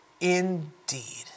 indeed